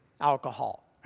alcohol